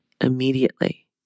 immediately